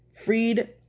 freed